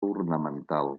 ornamental